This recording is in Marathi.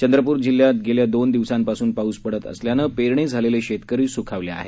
चंद्रप्र जिल्ह्यात गेल्या दोन दिवसांपासून पाऊस पडत असल्यानं पेरणी झालेले शेतकरी सुखावले आहेत